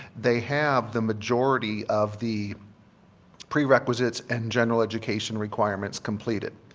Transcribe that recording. they have the majority of the prerequisites and general education requirements completed.